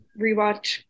rewatch